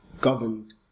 governed